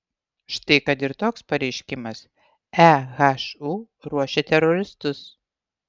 štai kad ir toks pareiškimas ehu ruošia teroristus